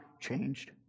changed